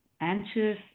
anxious